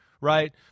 right